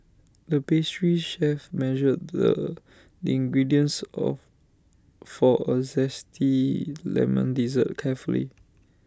the pastry chef measured the ingredients of for A Zesty Lemon Dessert carefully